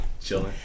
Chilling